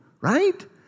right